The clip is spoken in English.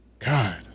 God